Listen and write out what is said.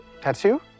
Tattoo